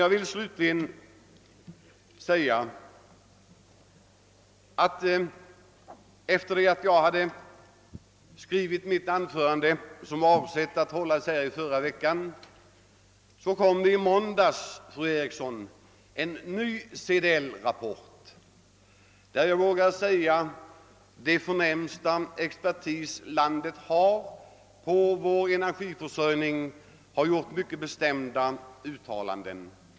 Jag vill slutligen säga till fru Eriksson i Stockholm att det, efter det att jag hade skrivit mitt anförande som var avsett att hållas i förra veckan, i måndags kom en ny CDL-rapport. Där har — det vågar jag säga — den förnämsta expertis vårt land har när det gäller energiförsörjning gjort mycket bestämda uttalanden.